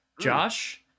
Josh